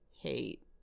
hate